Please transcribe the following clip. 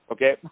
Okay